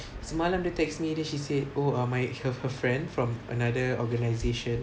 semalam dia text me then she said oh my her her friend from another organisation